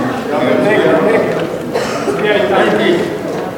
סיעת רע"ם-תע"ל וחברי הכנסת ג'מאל